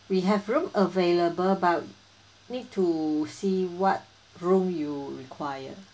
we have room available but need to see what room you require